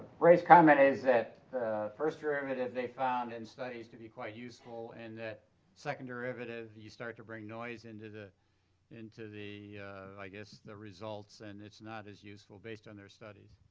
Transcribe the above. ray's comment is that first derivative they found in and studies to be quite useful and that second derivative, you start to bring noise into the into the i guess the results and it's not as useful based on their studies.